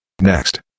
Next